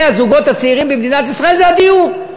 הזוגות הצעירים במדינת ישראל זה הדיור.